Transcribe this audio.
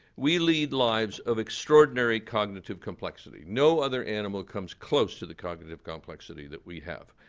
we lead lives of extraordinary cognitive complexity. no other animal comes close to the cognitive complexity that we have.